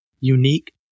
unique